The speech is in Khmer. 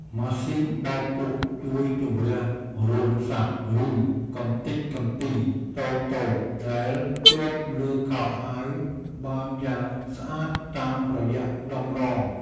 ម៉ាស៊ីនបោកគក់ជួយជម្រះរោមសត្វ ឬកំទេចកំទីតូចៗដែលជាប់លើខោអាវបានយ៉ាងស្អាតតាមរយៈតម្រង។